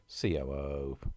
COO